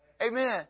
Amen